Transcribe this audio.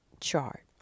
chart